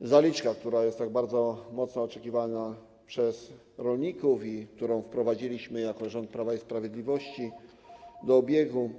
o zaliczkę, która jest tak bardzo mocno oczekiwana przez rolników i którą wprowadziliśmy - jako rząd Prawa i Sprawiedliwości - do obiegu.